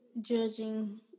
judging